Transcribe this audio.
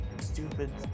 stupid